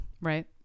right